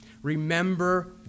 Remember